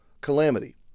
calamity